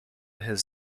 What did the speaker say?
his